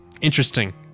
Interesting